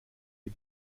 die